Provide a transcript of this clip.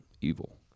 evil